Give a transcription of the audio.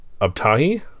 abtahi